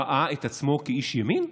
ראה את עצמו כאיש ימין?